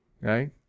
right